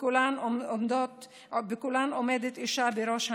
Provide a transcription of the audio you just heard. ובכולן עומדת אישה בראש המדינה.